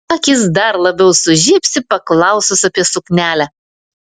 akys dar labiau sužibsi paklausus apie suknelę